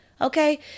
okay